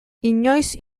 inoiz